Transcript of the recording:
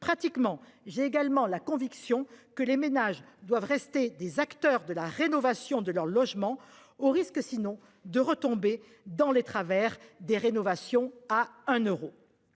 pratiquement j'ai également la conviction que les ménages doivent rester des acteurs de la rénovation de leur logement, au risque sinon de retomber dans les travers des rénovations à un euro.